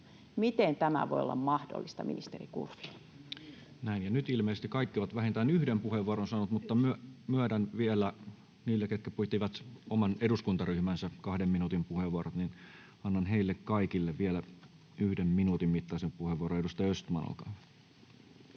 Time: 14:40 Content: Näin. — Ja nyt ilmeisesti kaikki ovat vähintään yhden puheenvuoron saaneet, mutta myönnän vielä niille, jotka pitivät oman eduskuntaryhmänsä kahden minuutin puheenvuorot, annan heille kaikille vielä yhden minuutin mittaisen puheenvuoron. — Edustaja Östman, olkaa hyvä.